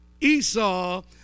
Esau